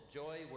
joy